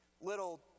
little